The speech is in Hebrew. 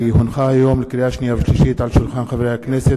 כי הונחה היום על שולחן הכנסת,